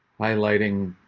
highlighting,